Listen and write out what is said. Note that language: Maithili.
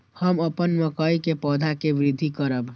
हम अपन मकई के पौधा के वृद्धि करब?